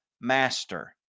master